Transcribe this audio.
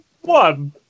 One